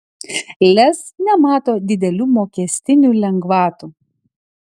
lez nemato didelių mokestinių lengvatų